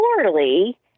poorly